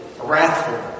wrathful